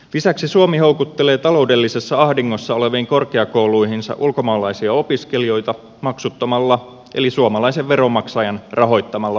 lisäksi suomi houkuttelee taloudellisessa ahdingossa oleviin korkeakouluihinsa ulkomaalaisia opiskelijoita maksuttomalla eli suomalaisen veronmaksajan rahoittamalla opetuksella